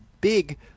big